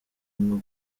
nko